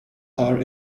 are